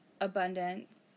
Abundance